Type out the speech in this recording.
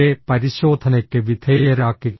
അവരെ പരിശോധനയ്ക്ക് വിധേയരാക്കി